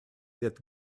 that